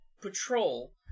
patrol